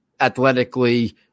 athletically